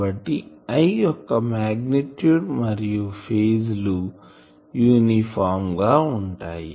కాబట్టి I యొక్క magnitude మరియు ఫేజ్ లు యూనిఫామ్ గా ఉంటాయి